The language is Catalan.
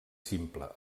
simple